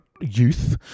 youth